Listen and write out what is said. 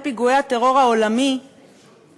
פיגועי הטרור העולמי